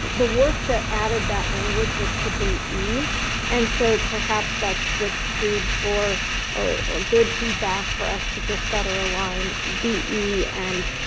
the work that added that language was to be e and so perhaps that's just food for or good feedback for us to just better align be and.